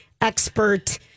expert